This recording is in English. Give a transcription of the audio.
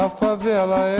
favela